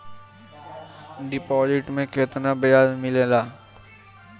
Deposit मे केतना बयाज मिलेला?